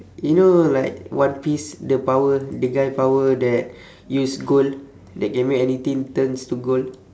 you know like one piece the power the guy power that use gold that can make anything turns to gold